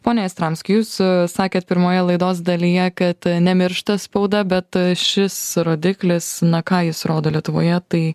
pone jastramski jūs sakėt pirmoje laidos dalyje kad nemiršta spauda bet šis rodiklis na ką jis rodo lietuvoje tai